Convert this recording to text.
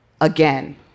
Again